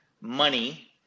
money